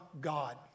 God